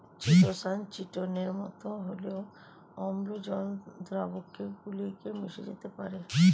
chitosan চিটোনের মতো হলেও অম্ল জল দ্রাবকে গুলে গিয়ে মিশে যেতে পারে